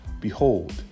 Behold